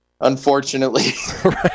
unfortunately